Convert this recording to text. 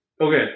Okay